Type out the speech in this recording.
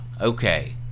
Okay